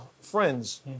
friends